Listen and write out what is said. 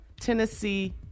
Tennessee